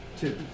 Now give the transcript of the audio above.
Two